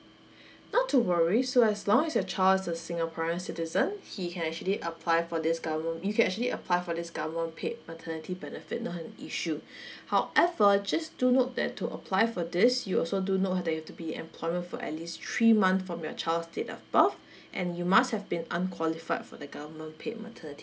not to worry so as long as your child is a singaporean citizen he can actually apply for this government you can actually apply for this government paid maternity benefit not an issue however just do note that to apply for this you also do note that you've to be in employment for at least three month from your child's date of birth and you must have been unqualified for the government paid maternity